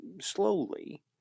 slowly